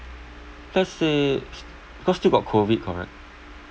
let's say because still got COVID correct